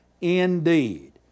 indeed